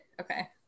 okay